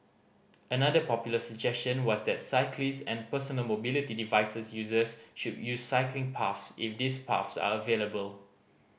another popular suggestion was that cyclists and personal mobility device users should use cycling paths if these paths are available